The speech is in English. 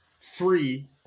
three